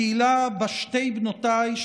הקהילה שבה שתי בנותיי,